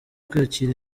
kwakira